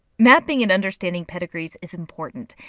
mapping and understanding pedigrees is important,